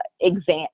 exam